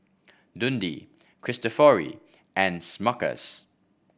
Dundee Cristofori and Smuckers